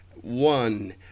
one